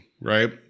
right